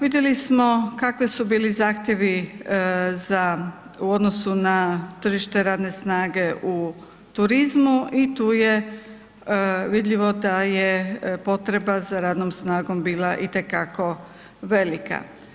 Vidjeli smo kakvi su bili zahtjevi u odnosu na tržište radne snage u turizmu i tu je vidljivo da je potreba za radnom snagom bila itekako velika.